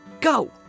Go